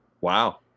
Wow